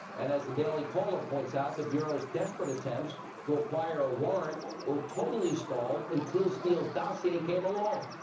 and as the daily caller points out, the bureau's desperate attempt to acquire a warrant were totally stalled until steele dossier came along.